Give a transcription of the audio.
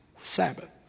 Sabbath